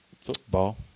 Football